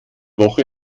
woche